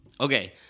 Okay